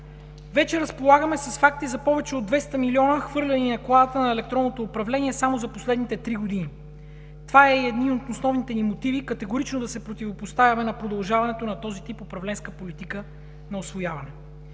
вече разполагаме с факти за повече от 20 милиона хвърлени на кладата на електронното управление само за последните три години. Това е и един от основните ни мотиви категорично да се противопоставяме на продължаването на този тип управленска политика на усвояване.